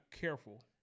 careful